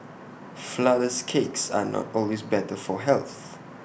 Flourless Cakes are not always better for health